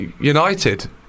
United